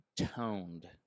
toned